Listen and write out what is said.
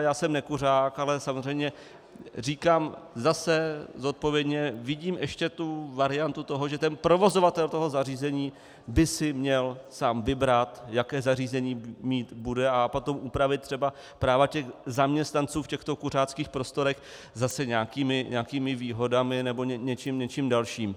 Já jsem nekuřák, ale samozřejmě říkám zase zodpovědně: vidím ještě tu variantu, že provozovatel toho zařízení by si měl sám vybrat, jaké zařízení mít bude, a potom upravit třeba práva zaměstnanců v těchto kuřáckých prostorech zase nějakými výhodami nebo něčím dalším.